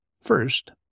First